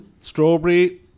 strawberry